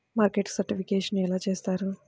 Market certification ఎలా చేస్తారు?